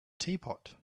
teapot